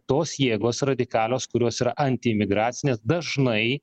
tos jėgos radikalios kurios yra antiimigracinės dažnai